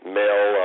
male